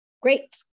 Great